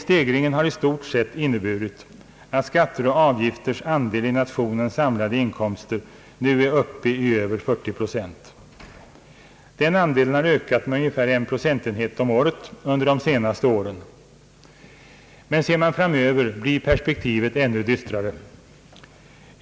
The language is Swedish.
Stegringen har i stort sett inneburit att skatter och avgifters andel i nationens samlade inkomster nu är uppe i över 40 procent. Den har ökat med ungefär 1 procentenhet om året under de senaste åren. Ser man framöver blir perspektivet ännu dystrare.